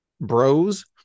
Bros